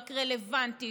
רק רלוונטית,